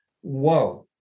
Whoa